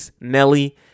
Nelly